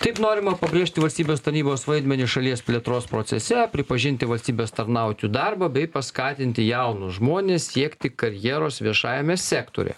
taip norima pabrėžti valstybės tarnybos vaidmenį šalies plėtros procese pripažinti valstybės tarnautojų darbą bei paskatinti jaunus žmones siekti karjeros viešajame sektoriuje